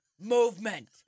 movement